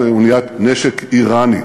זו אוניית נשק איראנית.